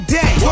day